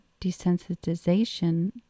desensitization